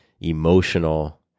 emotional